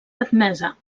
admesa